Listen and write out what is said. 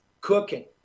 cooking